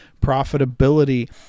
profitability